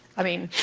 i mean,